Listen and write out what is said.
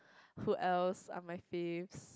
who else are my faves